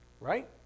Right